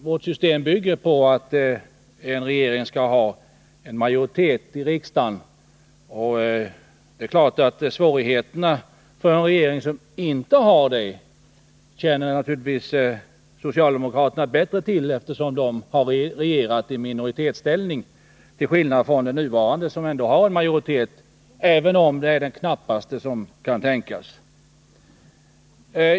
Vårt system bygger på att en regering skall ha en majoritet i riksdagen. Svårigheterna för en regering som inte har det känner socialdemokraterna naturligtvis bättre till, eftersom de har regerat i minoritetställning, till skillnad från den nuvarande regeringen som ändå har en majoritet, även om den är den knappaste som kan tänkas.